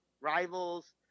rivals